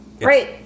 Right